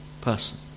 person